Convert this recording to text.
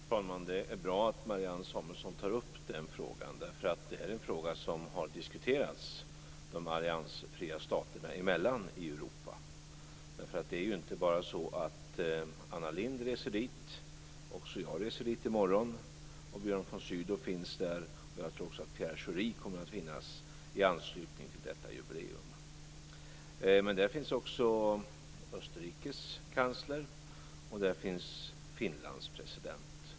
Fru talman! Det är bra att Marianne Samuelsson tar upp den frågan, därför att det här är en fråga som har diskuterats de alliansfria staterna emellan i Europa. Det är inte bara så att Anna Lindh reser dit. Också jag reser dit i morgon. Björn von Sydow är där och jag tror att också Pierre Schori kommer att finnas i anslutning till detta jubileum. Men där finns också Österrikes kansler och där finns Finlands president.